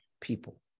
people